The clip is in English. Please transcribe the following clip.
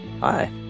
Hi